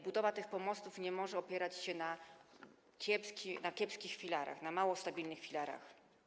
Budowa tych pomostów nie może opierać się na kiepskich filarach, na mało stabilnych filarach.